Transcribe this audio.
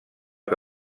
que